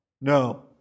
No